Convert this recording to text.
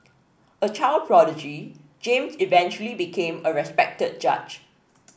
a child prodigy James eventually became a respected judge